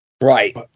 right